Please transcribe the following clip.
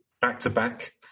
back-to-back